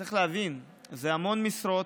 צריך להבין שזה המון משרות,